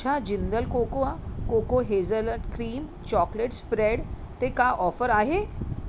छा Jindal cocoa coco hazelnut cream chocolate spread ते का ऑफ़र आहे